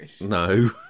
No